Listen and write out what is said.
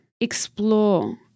explore